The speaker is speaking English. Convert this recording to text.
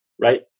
right